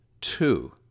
two